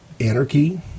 anarchy